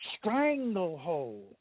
stranglehold